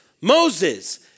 Moses